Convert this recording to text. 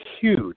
huge